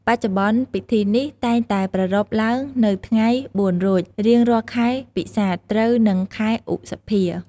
បច្ចុប្បន្នពិធីនេះតែងតែប្រារព្ធឡើងនៅថ្ងៃ ៤រោច រៀងរាល់ខែពិសាខ ត្រូវនឹងខែឧសភា។